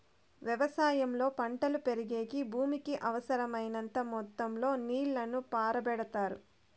వ్యవసాయంలో పంటలు పెరిగేకి భూమికి అవసరమైనంత మొత్తం లో నీళ్ళను పారబెడతారు